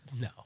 No